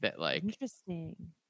Interesting